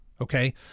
Okay